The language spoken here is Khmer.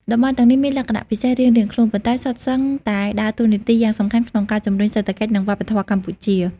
តំបន់ទាំងនេះមានលក្ខណៈពិសេសរៀងៗខ្លួន ប៉ុន្តែសុទ្ធសឹងតែដើរតួនាទីយ៉ាងសំខាន់ក្នុងការជំរុញសេដ្ឋកិច្ច និងវប្បធម៌កម្ពុជា។